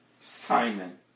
Simon